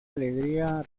alegría